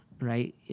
right